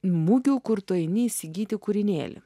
mugių kur tu eini įsigyti kūrinėlį